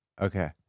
Okay